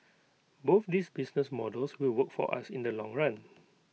both these business models will work for us in the long run